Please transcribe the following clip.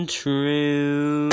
true